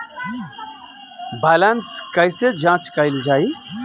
Balance कइसे जांच कइल जाइ?